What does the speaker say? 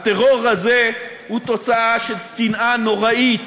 הטרור הזה הוא תוצאה של שנאה נוראית